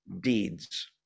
deeds